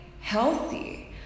healthy